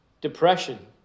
Depression